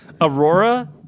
Aurora